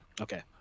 okay